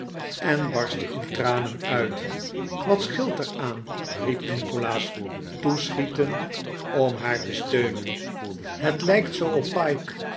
en barstte in tranen uit wat scheelt er aan riep nikolaas toeschietend om haar te steunen het lijkt zoo op pyke